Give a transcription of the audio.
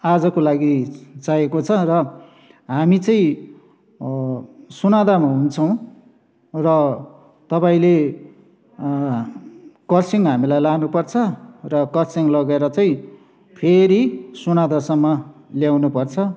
आजको लागि चाहिएको छ र हामी चाहिँ सोनदामा हुन्छौँ र तपाईँले खरसाङ हामीलाई लानु पर्छ र खरसाङ लगेर चाहिँ फेरि सोनदासम्म ल्याउनु पर्छ